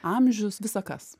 amžius visa kas